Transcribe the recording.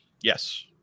Yes